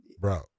Bro